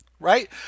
right